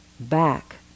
back